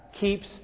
keeps